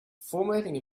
formatting